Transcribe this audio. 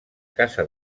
casa